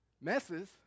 messes